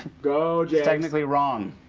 go james. technically wrong.